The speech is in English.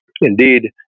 Indeed